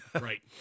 Right